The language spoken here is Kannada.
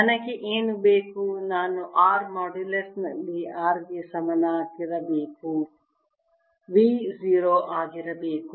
ನನಗೆ ಏನು ಬೇಕು ನಾನು r ಮಾಡ್ಯುಲಸ್ ನಲ್ಲಿ r ಗೆ ಸಮನಾಗಿರಬೇಕು V 0 ಆಗಿರಬೇಕು